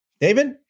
David